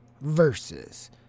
versus